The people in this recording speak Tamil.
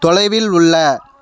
தொலைவில் உள்ள